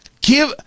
give